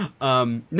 no